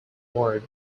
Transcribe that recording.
word